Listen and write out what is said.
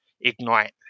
Ignite